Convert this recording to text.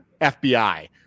FBI